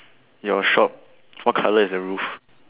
your shop what colour is the roof